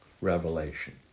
revelation